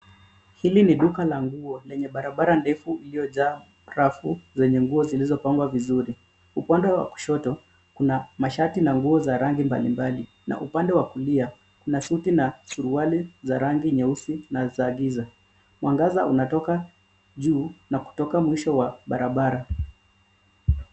Hili ni duka la nguo lenye barabara ndefu iliyojaa rafu zenye nguo zilizopangwa vizuri. Upande wa kushoto, kuna mashati na nguo za rangi mbalimbali, na upande wa kulia kuna suti na suruali za rangi nyeusi na za giza. Mwangaza unatoka juu, na kutoka mwisho wa barabara.